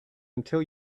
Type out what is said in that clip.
until